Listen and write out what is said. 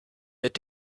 mit